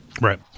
Right